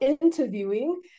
interviewing